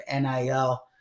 NIL